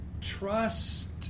trust